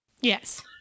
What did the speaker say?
Yes